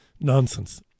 nonsense